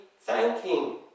thanking